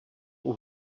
were